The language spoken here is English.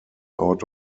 out